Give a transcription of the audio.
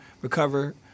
recover